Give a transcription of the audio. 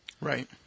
Right